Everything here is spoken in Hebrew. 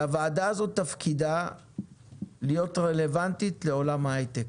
הוועדה הזו תפקידה להיות רלוונטית לעולם ההיי-טק,